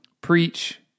preach